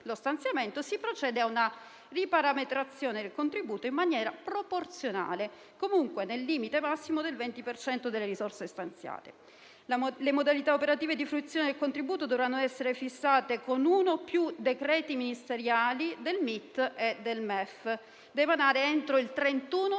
lo stanziamento, si procede a una riparametrazione del contributo in maniera proporzionale, comunque nel limite massimo del 20 per cento delle risorse stanziate. Le modalità operative di fruizione del contributo dovranno essere fissate con uno o più decreti ministeriali del MIT e del MEF, da emanare entro il 31